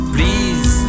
Please